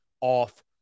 off